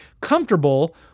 comfortable